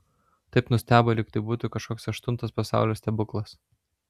taip nustebo lyg tai būtų kažkoks aštuntas pasaulio stebuklas